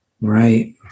Right